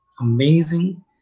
amazing